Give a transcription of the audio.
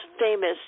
famous